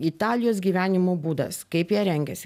italijos gyvenimo būdas kaip jie rengiasi